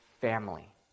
family